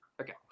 Okay